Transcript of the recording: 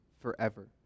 forever